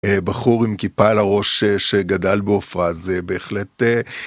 בחור עם כיפה על הראש שגדל בעופרה זה בהחלט